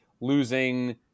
losing